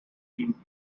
team